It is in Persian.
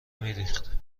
میریخت